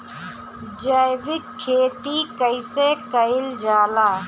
जैविक खेती कईसे कईल जाला?